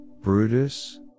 Brutus